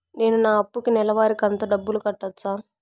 నేను నా అప్పుకి నెలవారి కంతు డబ్బులు కట్టొచ్చా?